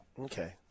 Okay